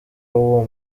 w’uwo